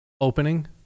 opening